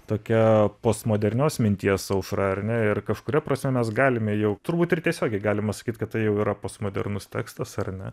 tokia postmodernios minties aušra ar ne ir kažkuria prasme mes galime jau turbūt ir tiesiogiai galima sakyt kad tai jau yra postmodernus tekstas ar ne